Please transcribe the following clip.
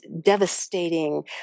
devastating